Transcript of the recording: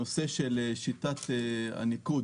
נושא שיטת הניקוד